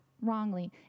wrongly